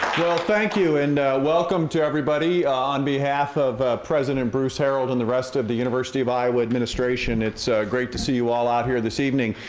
thank you and welcome to everybody on behalf of president bruce harreld and the rest of the university of iowa administration it's great to see you all out here this evening.